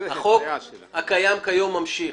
החוק הקיים היום ממשיך,